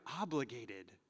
obligated